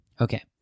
Okay